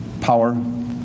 power